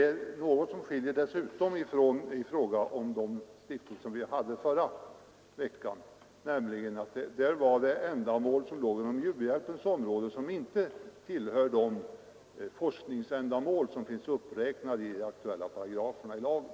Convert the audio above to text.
Något annat som skiljer Sveriges exportråd från de stiftelser som vi hade att behandla förra veckan är att det då var fråga om ändamål som låg inom u-hjälpens område, som inte tillhör de forskningsändamål som finns uppräknade i de aktuella paragraferna i lagen.